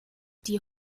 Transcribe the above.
die